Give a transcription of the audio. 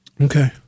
Okay